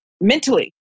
mentally